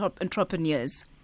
entrepreneurs